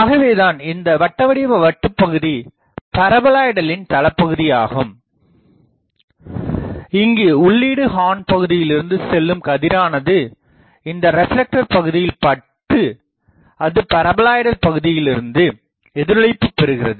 ஆகவேதான் இந்த வட்டவடிவ வட்டுபகுதி பாரபோலாய்டலின் தளபகுதி ஆகும் இங்கு உள்ளீடு ஹார்ன் பகுதியிலிருந்து செல்லும் கதிரானது இந்த ரெப்லெக்டர் பகுதியில்பட்டு அது பாரபோலாய்டல் பகுதியிலிருந்து எதிரொளிப்புப் பெறுகிறது